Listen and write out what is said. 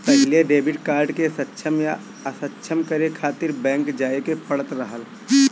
पहिले debit card के सक्षम या असक्षम करे खातिर बैंक जाए के पड़त रहल